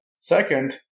Second